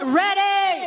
ready